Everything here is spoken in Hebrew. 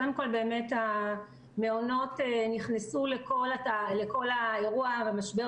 קודם כול באמת המעונות נכנסו לכל האירוע והמשבר